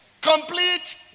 Complete